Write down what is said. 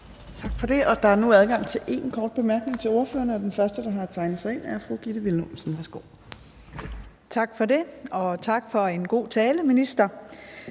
Tak for det. Der er nu adgang til én kort bemærkning til ordførerne, og den første, der har tegnet sig ind, er fru Gitte Willumsen. Værsgo. Kl. 18:01 Gitte Willumsen (KF): Tak for det, og tak for en god tale, minister.